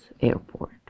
airport